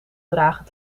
dragen